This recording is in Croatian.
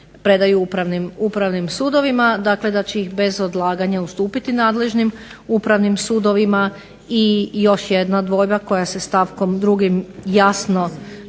predaju upravnim sudovima. Dakle, da će ih bez odlaganja ustupiti nadležnim Upravnim sudovima. I još jedna dvojba koja se stavkom drugim jasno